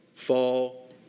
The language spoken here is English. Fall